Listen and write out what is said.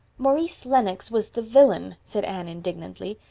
maurice lennox was the villain, said anne indignantly.